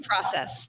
process